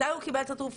מתי הוא קיבל את התרופה,